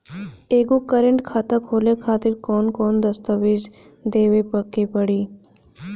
एगो करेंट खाता खोले खातिर कौन कौन दस्तावेज़ देवे के पड़ी?